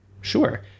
sure